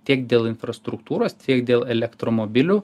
tiek dėl infrastruktūros tiek dėl elektromobilių